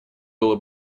было